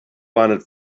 wanted